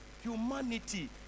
humanity